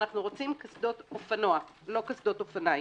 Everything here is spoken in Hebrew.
אנחנו רוצים קסדות אופנוע לא קסדות אופניים.